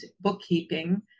bookkeeping